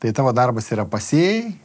tai tavo darbas yra pasėjai